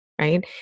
right